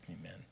Amen